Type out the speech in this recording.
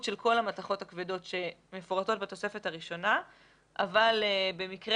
של כל המתכות הכבדות שמפורטות בתוספת הראשונה אבל במקרה